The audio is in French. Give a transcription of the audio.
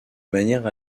manière